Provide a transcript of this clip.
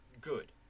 good